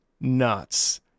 nuts